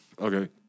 okay